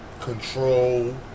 Control